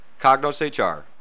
CognosHR